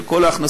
על כל ההכנסות,